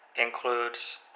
includes